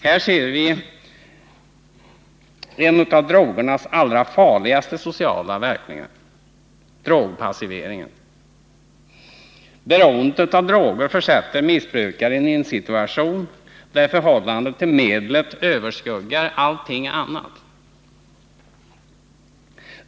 Här ser vi en av drogernas allra farligaste sociala verkningar — drogpassiveringen. Beroendet av droger försätter missbrukaren i en situation där förhållandet till medlet överskuggar allt annat.